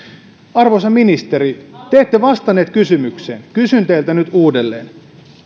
arvoisa ministeri te ette vastannut kysymykseen kysyn teiltä nyt uudelleen